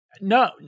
No